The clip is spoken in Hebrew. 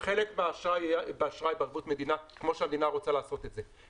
שחלק מהאשראי יהיה אשראי בערבות מדינה כמו שהמדינה רוצה לעשות את זה.